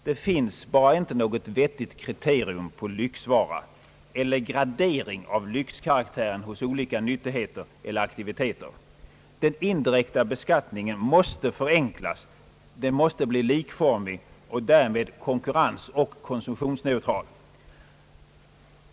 Det finns bara inte något vettigt kriterium på lyxvara eller gradering av lyxkaraktären hos olika nyttigheter eller aktiviteter. Den indirekta beskattningen måste förenklas. Den måste bli likformig och därmed konkurrensoch konsumtionsneutral.